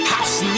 House